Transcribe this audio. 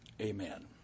amen